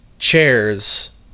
chairs